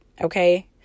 Okay